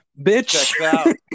bitch